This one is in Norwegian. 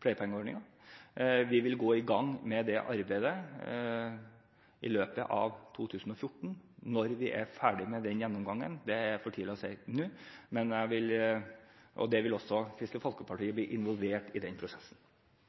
pleiepengeordningen. Vi vil gå i gang med det arbeidet i løpet av 2014. Når vi er ferdig med den gjennomgangen, er for tidlig å si nå, men også Kristelig Folkeparti vil bli involvert i den prosessen.